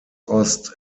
ost